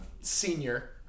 senior